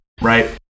Right